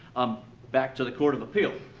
um back to the court of appeal,